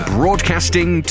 broadcasting